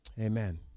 Amen